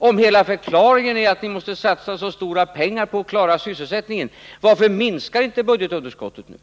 Om hela förklaringen är att ni var tvungna att satsa så stora pengar för att klara sysselsättningen — varför minskar då inte budgetunderskottet nu?